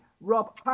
Rob